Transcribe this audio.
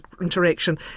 interaction